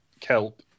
kelp